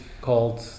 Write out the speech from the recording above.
called